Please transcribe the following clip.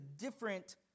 different